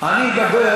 אני אדבר